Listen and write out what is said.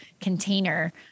container